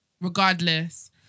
regardless